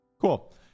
Cool